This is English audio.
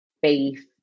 faith